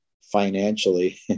financially